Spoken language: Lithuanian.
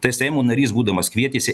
tai seimo narys būdamas kvietėsi